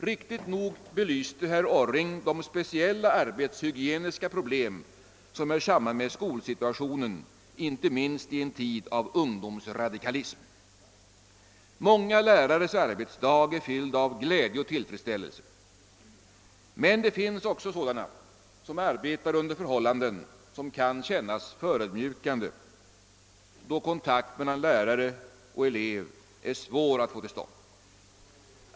Riktigt nog belyste herr Orring de speciella arbetshygieniska problem som hör samman med skolsituationen, inte minst i en tid av ungdomsradikalism. Många lärares arbetsdag är fylld av glädje och tillfredsställelse. Men det finns också sådana som arbetar under förhållanden som kan kännas förödmjukande, då kontakt mellan lärare och elev är svår att få till stånd.